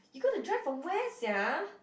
you gotta drive from where sia